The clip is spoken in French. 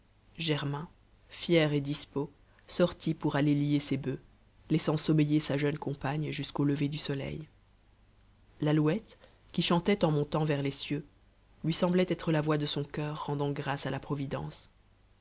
germain fier et dispos sortit pour aller lier ses bufs laissant sommeiller sa jeune compagne jusqu'au lever du soleil l'alouette qui chantait en montant vers les cieux lui semblait être la voix de son cur rendant grâce à la providence